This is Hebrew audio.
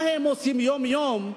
מה הם עושים יום-יום?